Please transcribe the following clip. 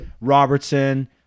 Robertson